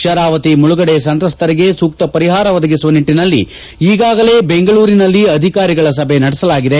ಶರಾವತಿ ಮುಳುಗಡೆ ಸಂತ್ರಸ್ತರಿಗೆ ಸೂಕ್ತ ಪರಿಹಾರ ಒದಗಿಸುವ ನಿಟ್ಟನಲ್ಲಿ ಈಗಾಗಲೇ ಬೆಂಗಳೂರಿನಲ್ಲಿ ಅಧಿಕಾರಿಗಳ ಸಭೆ ನಡೆಸಲಾಗಿದೆ